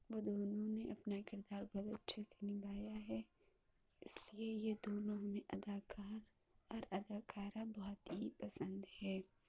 وہ دونوں نے اپنا کردار بہت اچھے سے نبھایا ہے اس لیے یہ دونوں ہمیں اداکار اور اداکارہ بہت ہی پسند ہے